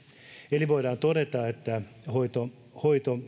eli voidaan todeta että hoitoon hoitoon